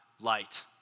light